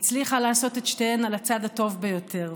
הצליחה לעשות את שתיהן על הצד הטוב ביותר.